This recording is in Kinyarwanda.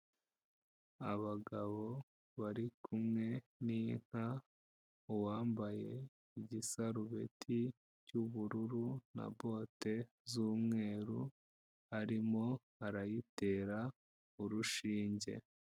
Abagabo bari kumwe n'inka, uwambaye igisarubeti cy'ubururu na bote z'umweru arimo arayitera urushinge.